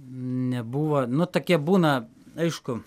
nebuvo nu tokie būna aišku